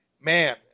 man